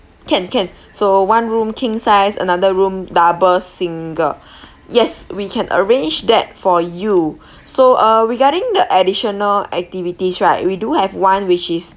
can can so one room king size another room double single yes we can arrange that for you so uh regarding the additional activities right we do have one which is